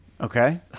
Okay